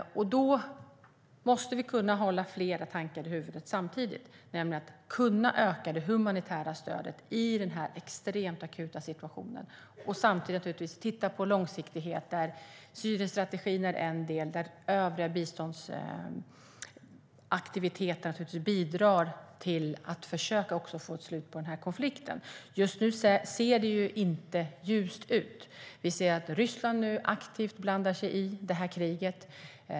Då måste vi kunna hålla flera tankar i huvudet samtidigt genom att kunna öka det humanitära stödet i den här extremt akuta situationen och samtidigt titta på långsiktighet. Där är Syrienstrategin en del, och övriga biståndsaktiviteter bidrar till att försöka få ett slut på den här konflikten. Just nu ser det inte ljust ut. Vi ser att Ryssland nu aktivt blandar sig i det här kriget.